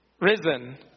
risen